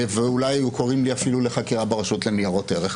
ואולי היו קוראים לי אפילו לחקירה ברשות לניירות ערך.